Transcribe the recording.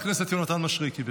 יהונתן מישרקי.